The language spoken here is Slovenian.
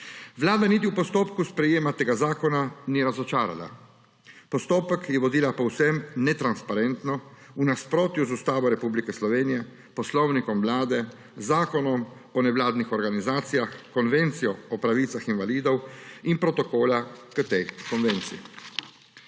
Vlada niti v postopku sprejetja tega zakona ni razočarala. Postopek je vodila povsem netransparentno, v nasprotju z Ustavo Republike Slovenije, Poslovnikom Vlade Republike Slovenije, Zakonom o nevladnih organizacijah, Konvencijo o pravicah invalidov in protokolom k tej konvenciji.